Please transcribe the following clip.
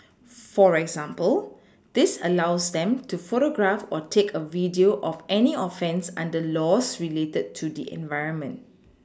for example this allows them to photograph or take a video of any offence under laws related to the environment